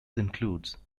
includes